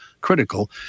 critical